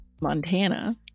Montana